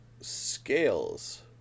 scales